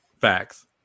facts